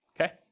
okay